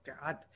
God